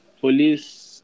Police